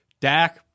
Dak